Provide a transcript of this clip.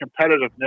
competitiveness